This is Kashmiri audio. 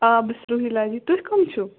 آ بہٕ چھَس رُہیٖلا جی تُہۍ کٕم چھِو